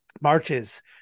marches